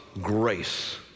grace